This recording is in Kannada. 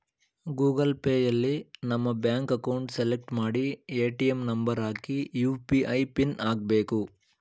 ಗೂಗಲ್ ಪೇಯಲ್ಲಿ ನಮ್ಮ ಬ್ಯಾಂಕ್ ಅಕೌಂಟ್ ಸೆಲೆಕ್ಟ್ ಮಾಡಿ ಎ.ಟಿ.ಎಂ ನಂಬರ್ ಹಾಕಿ ಯು.ಪಿ.ಐ ಪಿನ್ ಹಾಕ್ಬೇಕು